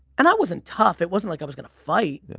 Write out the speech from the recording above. and i wasn't tough, it wasn't like i was gonna fight.